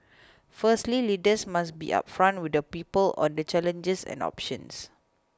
firstly leaders must be upfront with the people on the challenges and options